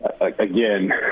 Again